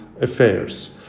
affairs